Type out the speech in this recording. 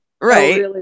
Right